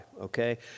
okay